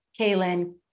Kaylin